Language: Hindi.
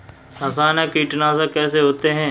रासायनिक कीटनाशक कैसे होते हैं?